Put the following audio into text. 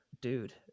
dude